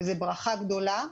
וזה ברכה גדולה,